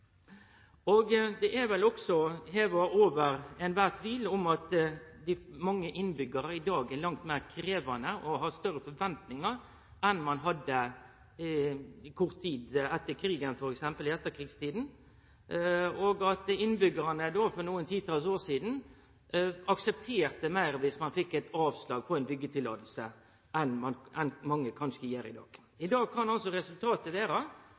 tidlegare. Det er vel også heva over tvil at mange innbyggjarar i dag er langt meir krevjande og har større forventningar enn ein hadde f.eks. kort tid etter krigen – i etterkrigstida – og at innbyggjarane for nokre titals år sidan oftare aksepterte det dersom dei fekk eit avslag på ein byggjesøknad, enn det mange kanskje gjer i dag. I dag kan